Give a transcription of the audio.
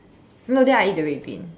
no then I eat the red bean